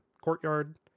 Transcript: courtyard